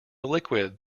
liquid